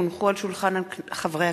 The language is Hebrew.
כי הונחו על שולחן הכנסת,